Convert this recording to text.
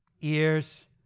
ears